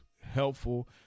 helpful